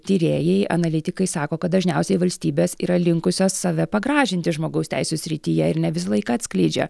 tyrėjai analitikai sako kad dažniausiai valstybės yra linkusios save pagražinti žmogaus teisių srityje ir ne visą laiką atskleidžia